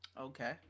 Okay